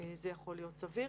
זה יכול להיות סביר.